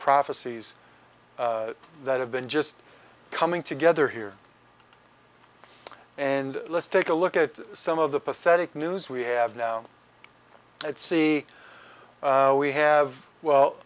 prophecies that have been just coming together here and let's take a look at some of the pathetic news we have now let's see we have well